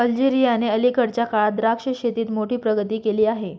अल्जेरियाने अलीकडच्या काळात द्राक्ष शेतीत मोठी प्रगती केली आहे